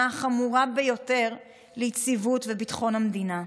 החמורה ביותר ליציבות וביטחון המדינה.